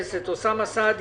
של חברי הכנסת אוסאמה סעדי,